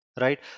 Right